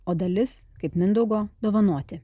o dalis kaip mindaugo dovanoti